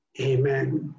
amen